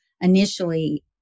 initially